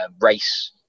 race